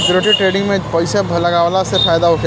security trading में पइसा लगावला से फायदा होखेला